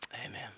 Amen